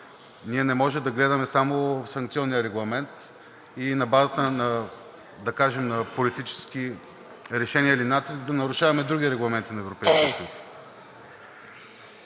Ние не може да гледаме само санкционния регламент и на базата, да кажем, на политически решения или натиск да нарушаваме други регламенти на Европейския съюз.